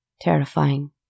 Terrifying